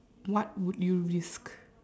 what would you risk